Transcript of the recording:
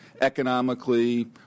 economically